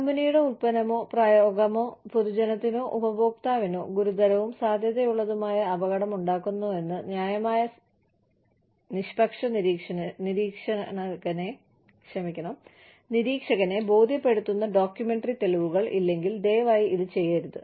കമ്പനിയുടെ ഉൽപ്പന്നമോ പ്രയോഗമോ പൊതുജനത്തിനോ ഉപയോക്താവിനോ ഗുരുതരവും സാധ്യതയുള്ളതുമായ അപകടമുണ്ടാക്കുന്നുവെന്ന് ന്യായമായ നിഷ്പക്ഷ നിരീക്ഷകനെ ബോധ്യപ്പെടുത്തുന്ന ഡോക്യുമെന്ററി തെളിവുകൾ ഇല്ലെങ്കിൽ ദയവായി ഇത് ചെയ്യരുത്